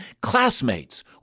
classmates